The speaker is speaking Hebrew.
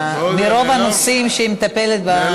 מרוב נושאים שהיא מטפלת בהם,